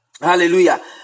Hallelujah